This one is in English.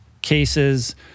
Cases